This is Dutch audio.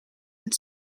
het